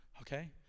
okay